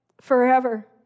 Forever